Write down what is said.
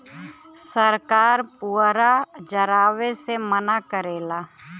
सरकार पुअरा जरावे से मना करेला